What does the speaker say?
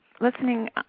listening